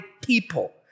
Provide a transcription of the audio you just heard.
people